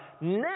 now